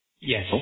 Yes